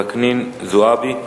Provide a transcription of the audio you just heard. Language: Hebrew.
וקנין, זועבי.